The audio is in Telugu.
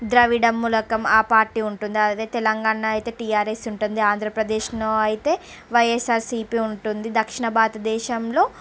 ద్రవిడ మూలకం ఆ పార్టీ ఉంటుంది అదే తెలంగాణ అయితే టీఆరెస్ ఉంటుంది ఆంధ్రప్రదేశ్లో అయితే వైఎస్ఆర్సిపీ ఉంటుంది దక్షణ భారతదేశంలో